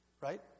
right